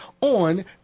on